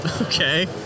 Okay